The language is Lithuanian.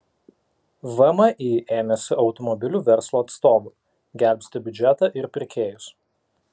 vmi ėmėsi automobilių verslo atstovų gelbsti biudžetą ir pirkėjus